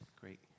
great